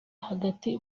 hagati